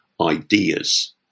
ideas